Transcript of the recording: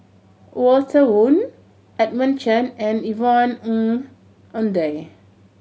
Walter Woon Edmund Chen and Yvonne Ng Uhde